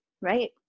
Right